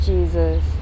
Jesus